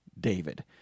David